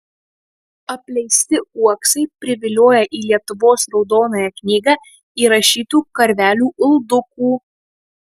apleisti uoksai privilioja į lietuvos raudonąją knygą įrašytų karvelių uldukų